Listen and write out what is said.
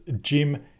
Jim